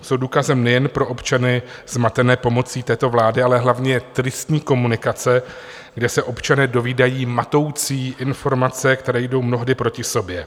Jsou důkazem nejen pro občany zmatené pomocí této vlády, ale hlavně tristní komunikace, kde se občané dovídají matoucí informace, které jdou mnohdy proti sobě.